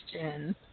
question